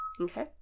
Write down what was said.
Okay